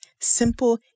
Simple